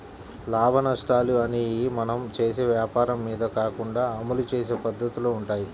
లాభనష్టాలు అనేయ్యి మనం చేసే వ్వాపారం మీద కాకుండా అమలు చేసే పద్దతిలో వుంటయ్యి